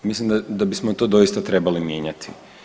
Mislim da bismo to doista trebali mijenjati.